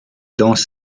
dans